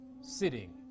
sitting